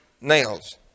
nails